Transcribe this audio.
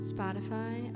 Spotify